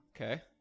Okay